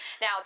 Now